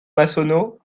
massonneau